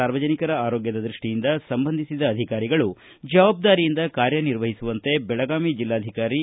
ಸಾರ್ವಜನಿಕರ ಆರೋಗ್ಯದ ದೃಷ್ಟಿಯಿಂದ ಸಂಬಂಧಿಸಿದ ಅಧಿಕಾರಿಗಳು ಜವಾಬ್ದಾರಿಯಿಂದ ಕಾರ್ಯ ನಿರ್ವಹಿಸುವಂತೆ ಜಿಲ್ಲಾಧಿಕಾರಿ ಡಾ